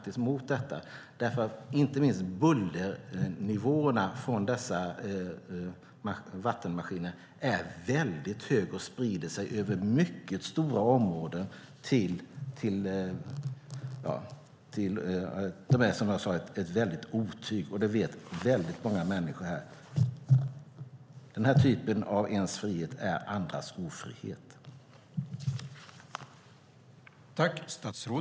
Inte minst är bullernivåerna från dessa vattenmaskiner väldigt höga, och ljudet sprider sig över mycket stora områden. Det är ett väldigt otyg, vilket många människor vet. Den enes frihet är den andres ofrihet i detta fall.